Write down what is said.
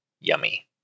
yummy